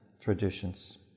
traditions